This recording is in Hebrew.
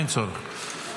אין צורך.